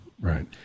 Right